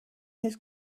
his